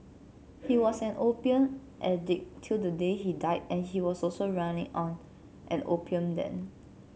he was an opium addict till the day he died and he was also running on an opium den